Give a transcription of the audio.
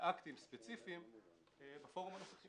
לאקטים ספציפיים בפורום הזה.